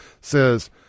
says